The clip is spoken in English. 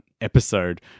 episode